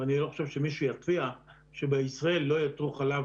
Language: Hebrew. ואני לא חושב שמישהו יציע שבישראל לא ייצרו חלב